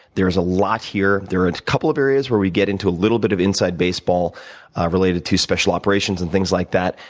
there is a lot here. there are a couple of areas where we get into a little bit of inside baseball related to special operations, and things like that.